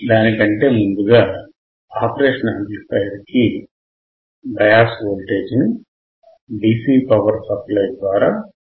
దానికంటే ముందుగా operational amplifier కి బయాస్ ఓల్టేజి ని DC పవర్ సప్లై ద్వారా అనువర్తించాలి